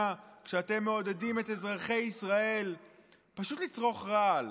כשאתם מעודדים את אזרחי ישראל פשוט לצרוך רעל?